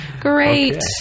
great